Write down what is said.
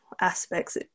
aspects